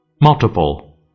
Multiple